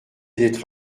d’être